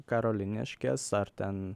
karoliniškės ar ten